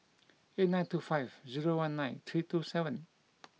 eight nine two five zero one nine three two seven